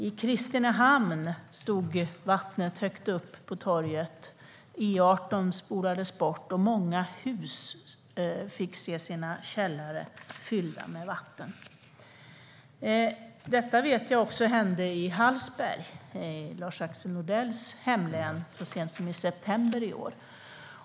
I Kristinehamn stod vattnet högt upp på torget, E18 spolades bort och i många hus fylldes källarna med vatten. Jag vet att detta också hände i Hallsberg, i Lars-Axel Nordells hemlän så sent som i september i år.